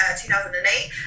2008